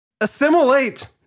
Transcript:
Assimilate